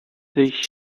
they